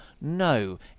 No